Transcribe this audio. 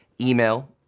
email